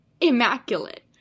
immaculate